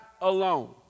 alone